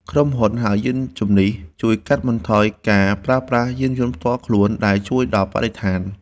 ក្រុមហ៊ុនហៅយានជំនិះ ជួយកាត់បន្ថយការប្រើប្រាស់យានយន្តផ្ទាល់ខ្លួន ដែលជួយដល់បរិស្ថាន។